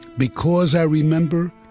because i remember,